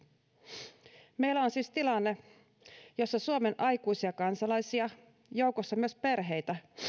myös linjannut meillä on siis tilanne jossa suomen aikuisia kansalaisia joukossa myös perheitä